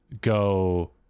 go